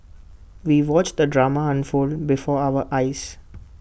we watched the drama unfold before our eyes